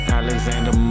alexander